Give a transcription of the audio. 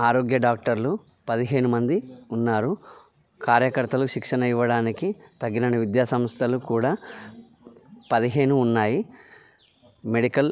ఆరోగ్య డాక్టర్లు పదిహేను మంది ఉన్నారు కార్యకర్తలు శిక్షణ ఇవ్వడానికి తగినన్ని విద్యా సంస్థలు కూడా పదిహేను ఉన్నాయి మెడికల్